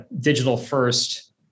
digital-first